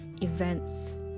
events